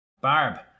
Barb